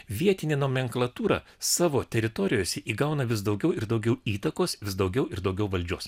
vietinė nomenklatūra savo teritorijose įgauna vis daugiau ir daugiau įtakos vis daugiau ir daugiau valdžios